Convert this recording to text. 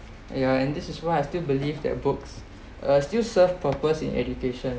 ya and this is why I still believe that books uh still serve purpose in education